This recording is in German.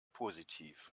positiv